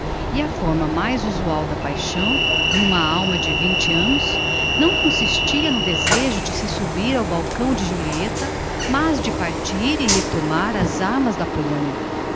e a fórma mais usual da paixão n'uma alma de vinte annos não consistia no desejo de se subir ao balcão de julieta mas de partir e ir tomar as armas pela polonia